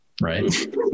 Right